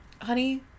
Honey